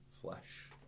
flesh